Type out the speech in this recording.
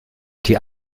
die